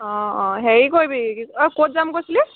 অঁ অঁ হেৰি কৰিবি ঐ ক'ত যাম কৈছিলি